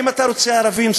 האם אתה רוצה ערבים,